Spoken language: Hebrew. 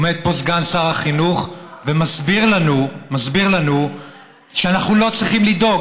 עומד פה סגן שר החינוך ומסביר לנו שאנחנו לא צריכים לדאוג.